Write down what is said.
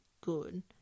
good